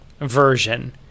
version